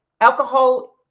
alcohol